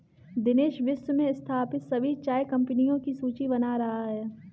दिनेश विश्व में स्थापित सभी चाय कंपनियों की सूची बना रहा है